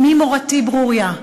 אמי מורתי ברוריה,